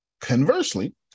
conversely